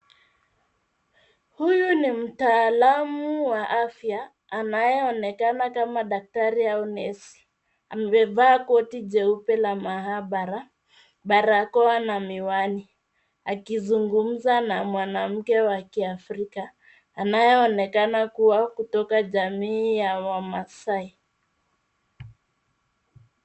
Huyo ni mtaalamu wa afya anayeonekana kama daktari au nesi. Amevaa koti jeupe la maabara, barakoa na miwani, akizungumza na mwanamke wa Kiafrika, anayeonekana kuwa kutoka jamii ya Wamaasai.